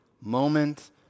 moment